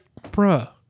bruh